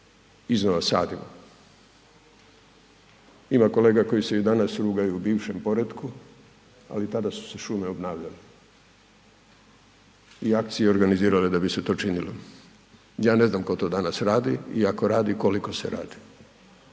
iznova sadimo. Ima kolega koji se i danas rugaju bivšem poretku, ali tada su se šume obnavljale i akcije organizirale da bi se to činilo. Ja ne znam tko to danas radi i ako radi koliko se radi,